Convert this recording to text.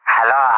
Hello